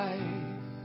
Life